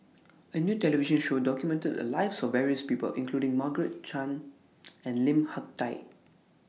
A New television Show documented The Lives of various People including Margaret Chan and Lim Hak Tai